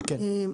כן.